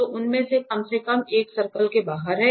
तो उनमें से कम से कम एक सर्कल के बाहर है